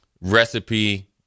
recipe